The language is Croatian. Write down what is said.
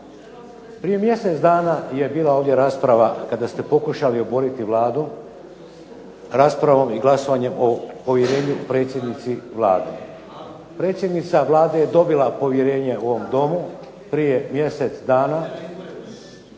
prije mjesec dana je bila ovdje rasprava kada ste pokušali oboriti Vladu, raspravom i glasovanjem o povjerenju predsjednici Vlade. Predsjednica Vlade je dobila povjerenje u ovom Domu prije mjesec dana